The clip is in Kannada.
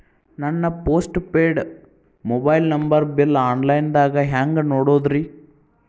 ನನ್ನ postpaid mobile number bill, online ದಾಗ ಹ್ಯಾಂಗ್ ನೋಡೋದ್ರಿ?